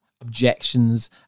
objections